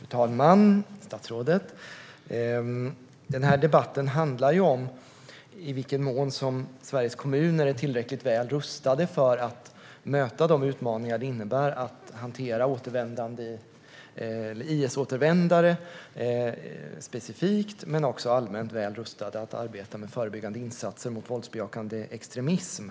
Fru talman! Statsrådet! Denna debatt handlar om i vilken mån Sveriges kommuner är tillräckligt väl rustade för att möta de utmaningar det innebär att hantera IS-återvändare, specifikt, men också för att arbeta allmänt med förebyggande insatser mot våldsbejakande extremism.